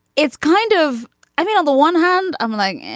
it's kind of i mean on the one hand i'm like.